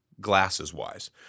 glasses-wise